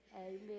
amen